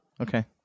Okay